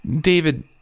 David